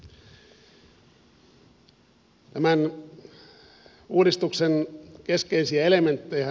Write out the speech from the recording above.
tämän uudistuksen keskeisiä elementtejä